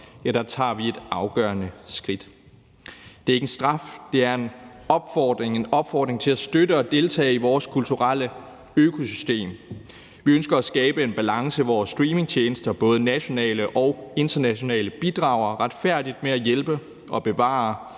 indhold, tager vi et afgørende skridt. Det er ikke en straf, men det er en opfordring – en opfordring til at støtte og deltage i vores kulturelle økosystem. Vi ønsker at skabe en balance, hvor streamingtjenester, både nationale og internationale, bidrager retfærdigt med at hjælpe og bevare